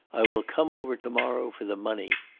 i will come over to-morrow for the money.